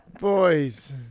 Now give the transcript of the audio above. Boys